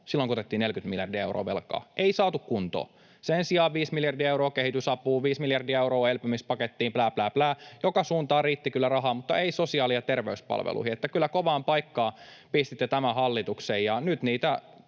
silloin, kun otettiin 40 miljardia euroa velkaa. Ei saatu kuntoon. Sen sijaan viisi miljardia euroa kehitysapuun, viisi miljardia euroa elpymispakettiin plää plää plää, joka suuntaan riitti kyllä rahaa, mutta ei sosiaali- ja terveyspalveluihin, niin että kyllä kovaan paikkaan pistitte tämän hallituksen.